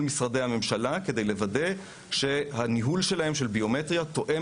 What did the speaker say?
משרדי הממשלה כדי לוודא שהניהול שלהם של ביומטריה תואם